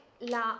La